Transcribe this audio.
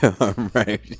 right